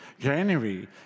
January